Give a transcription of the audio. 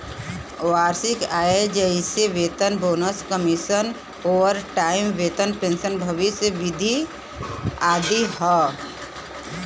वार्षिक आय जइसे वेतन, बोनस, कमीशन, ओवरटाइम वेतन, पेंशन, भविष्य निधि आदि हौ